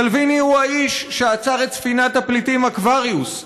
סלביני הוא האיש שעצר את ספינת הפליטים אקווריוס,